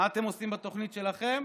מה אתם עושים בתוכנית שלכם?